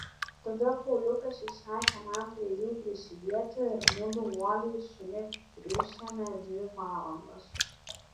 tada kauliukas įsakė man prie jų prisidėti ir mudu uoliai su ja triūsėme dvi valandas